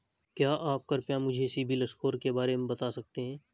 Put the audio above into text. क्या आप कृपया मुझे सिबिल स्कोर के बारे में बता सकते हैं?